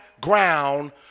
ground